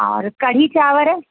और कढ़ी चांवर